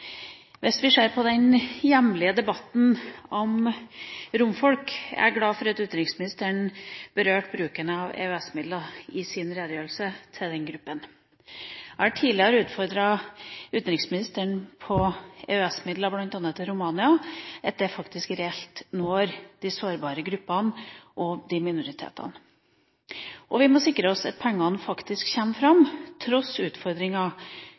Hvis vi ser på den hjemlige debatten om romfolk, er jeg glad for at utenriksministeren berørte bruken av EØS-midlene til den gruppa i sin redegjørelse. Jeg har tidligere utfordret utenriksministeren på EØS-midler til bl.a. Romania, at de faktisk reelt når de sårbare gruppene og minoritetene. Vi må sikre oss at pengene faktisk kommer fram, til tross for utfordringer